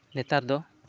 ᱱᱮᱛᱟᱨ ᱫᱚ